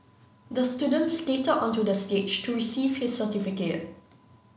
the student skated onto the stage to receive his certificate